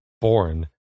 born